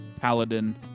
paladin